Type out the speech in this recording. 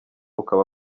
ukaba